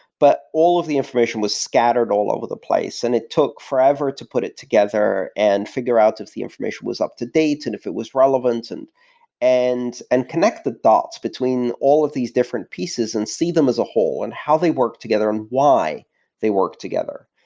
but all of the information was scattered all over the place, and it took forever to put it together and figure out if the information was up-to-date and if it was relevant, and and connect the dots between all of these different pieces and see them as a whole and how they work together and why they work together.